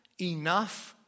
enough